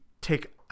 take